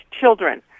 children